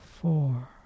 Four